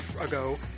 ago